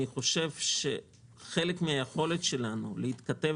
אני חושב שחלק מן היכולת שלנו להתכתב